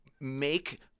make